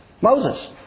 Moses